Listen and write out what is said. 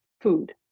food